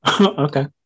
okay